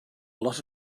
lot